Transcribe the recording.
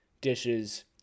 dishes